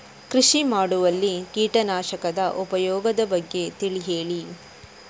ಕೃಷಿ ಮಾಡುವಲ್ಲಿ ಕೀಟನಾಶಕದ ಉಪಯೋಗದ ಬಗ್ಗೆ ತಿಳಿ ಹೇಳಿ